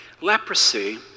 Leprosy